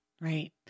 Right